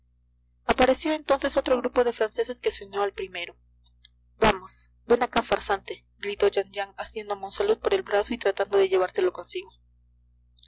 apareció entonces otro grupo de franceses que se unió al primero vamos ven acá farsante gritó jean jean asiendo a monsalud por el brazo y tratando de llevárselo consigo